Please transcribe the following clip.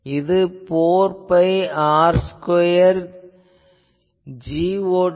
இது 4 pi R square Got Gor ஆகும்